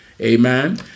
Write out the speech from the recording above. Amen